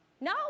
no